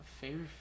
Favorite